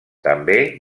també